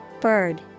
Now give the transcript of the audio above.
Bird